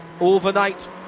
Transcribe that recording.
Overnight